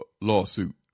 lawsuit